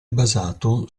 basato